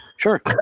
sure